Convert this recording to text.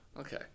Okay